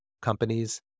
companies